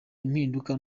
impinduka